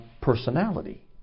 personality